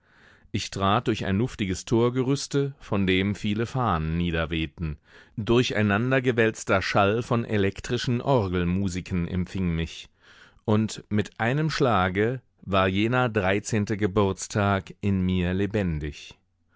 ich trat durch ein luftiges torgerüste von dem viele fahnen niederwehten durcheinander gewälzter schall von elektrischen orgel musiken empfing mich und mit einem schlage war jener dreizehnte geburtstag in mir lebendig